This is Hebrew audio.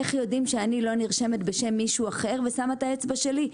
איך יודעים שאני לא נרשמת בשם מישהו אחר ושמה את האצבע שלי,